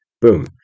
Boom